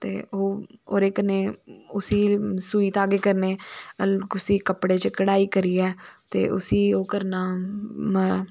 ते ओह् ओहदे कन्नै उसी सूंई धागा कन्नै कुसै कपडे़ च कढाई करिऐ ते उसी ओह् करना